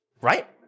right